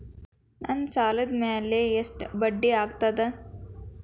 ನನ್ನ ಸಾಲದ್ ಮ್ಯಾಲೆ ಎಷ್ಟ ಬಡ್ಡಿ ಆಗ್ತದ?